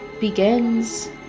begins